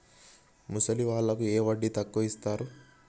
ముసలి వాళ్ళకు ఏ వడ్డీ ఎక్కువ ఇస్తారు?